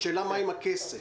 השאלה מה עם הכסף.